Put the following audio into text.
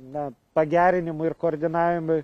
na pagerinimui ir koordinavimui